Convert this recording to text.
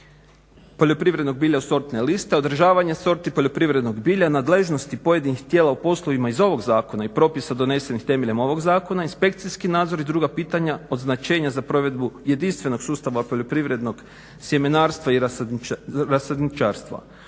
poljoprivrednog bilja u sortne liste, održavanje sorti poljoprivrednog bilja, nadležnosti pojedinih tijela u poslovima iz ovog zakona i propisa donesenih temeljem ovog zakona, inspekcijski nadzori i druga pitanja od značenja za provedbu jedinstvenog sustava poljoprivrednog sjemenarstva i rasadničarstva.